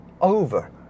over